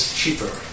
cheaper